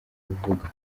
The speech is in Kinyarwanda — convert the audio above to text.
buvuga